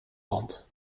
land